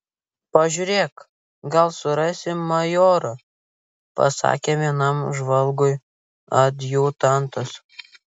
pažiūrėk gal surasi majorą pasakė vienam žvalgui adjutantas